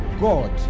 God